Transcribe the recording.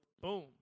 Boom